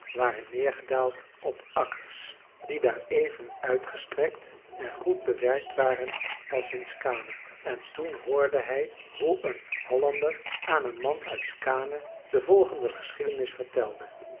waren neergedaald op akkers die daar even uitgestrekt en goed bewerkt waren als in skaane en toen hoorde hij hoe een hallander aan een man uit skaane de volgende geschiedenis vertelde